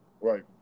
right